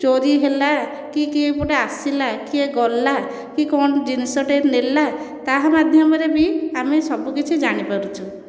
ଚୋରି ହେଲା କି କିଏ ଗୋଟିଏ ଆସିଲା କିଏ ଗଲା କି କଣ ଜିନିଷ ଟିଏ ନେଲା ତାହା ମାଧ୍ୟମରେ ବି ଆମେ ସବୁ କିଛି ଜାଣିପାରୁଛୁ